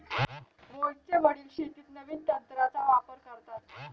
मोहितचे वडील शेतीत नवीन तंत्राचा वापर करतात